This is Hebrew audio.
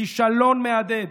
כישלון מהדהד.